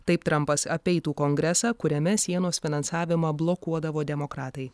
taip trampas apeitų kongresą kuriame sienos finansavimą blokuodavo demokratai